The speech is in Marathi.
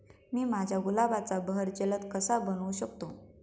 मी माझ्या गुलाबाचा बहर जलद कसा बनवू शकतो?